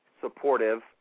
supportive